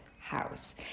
house